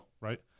right